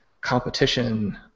competition